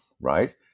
right